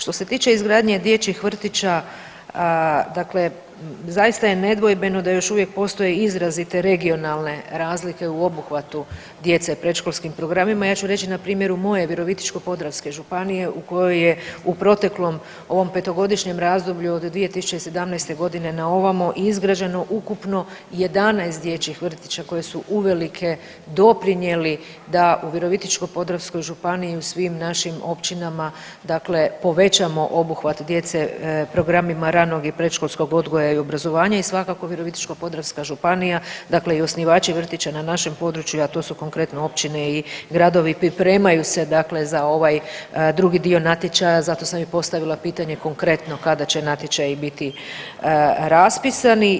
Što se tiče izgradnje dječjih vrtića, dakle zaista je nedvojbeno da još uvijek postoje izrazi te regionalne razlike u obuhvatu djece predškolskim programima, ja ću reći na primjeru moje Virovitičko-podravske županije u kojoj je u proteklom ovom petogodišnjem razdoblju od 2017.g. na ovamo izgrađeno ukupno 11 dječjih vrtića koji su uvelike doprinijeli da u Virovitičko-podravskoj županiji u svim našim općinama povećamo obuhvat djece programima ranog i predškolskog odgoja i obrazovanja i svakako Virovitičko-podravska županija i osnivači vrtića na našem području, a to su konkretno općine i gradovi pripremaju se za ovaj drugi dio natječaja, zato sam i postavila pitanje konkretno kada će natječaji biti raspisani.